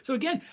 so again,